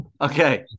Okay